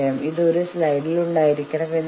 മേശയ്ക്ക് കുറുകെ ഇരിക്കുക